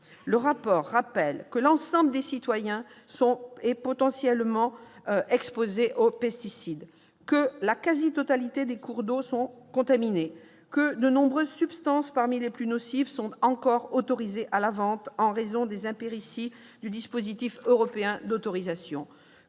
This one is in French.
les points suivants : l'ensemble des citoyens sont potentiellement exposés aux pesticides, la quasi-totalité des cours d'eau sont contaminés, de nombreuses substances parmi les plus nocives sont encore autorisées à la vente en raison des impérities du dispositif européen d'autorisation,